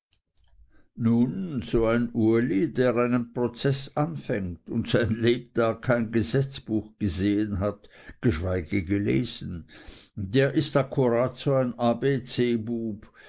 nun so ein uli der einen prozeß anfängt und sein lebtag kein gesetzbuch gesehen hat geschweige gelesen der ist akkurat so ein